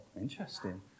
Interesting